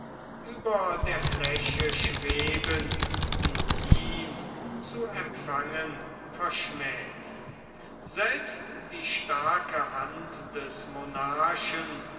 über der fläche schweben die ihn zu empfangen verschmäht selbst die starke hand des